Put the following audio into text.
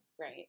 Right